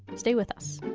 and stay with us